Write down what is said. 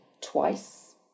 twice